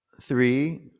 three